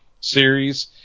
series